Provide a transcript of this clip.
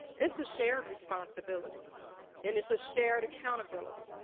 it's a shared responsibility and it's a shared accountability.